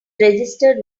registered